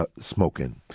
smoking